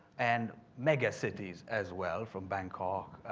and megacities as well from bangkok,